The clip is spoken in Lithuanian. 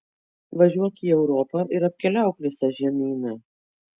važiuok į europą ir apkeliauk visą žemyną